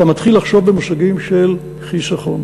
אתה מתחיל לחשוב במושגים של חיסכון.